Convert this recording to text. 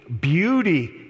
beauty